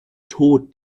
tod